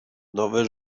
nowe